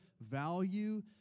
value